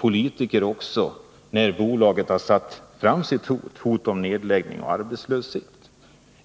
politikerna varit, när bolaget fört fram sitt hot om nedläggning och arbetslöshet.